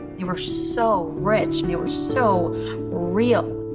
you are so rich and you are so real.